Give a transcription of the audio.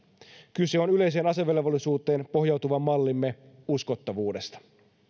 kyse on yleiseen asevelvollisuuteen pohjautuvan mallimme uskottavuudesta